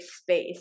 space